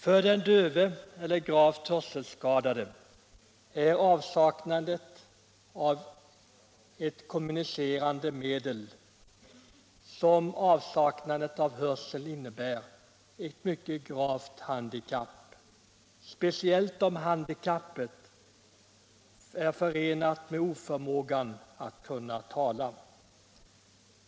För den döve eller gravt hörselskadade är den avsaknad av ett kommunicerande medel som frånvaro av hörsel innebär ett mycket svårt handikapp, speciellt om dövheten är förenad med oförmåga att tala.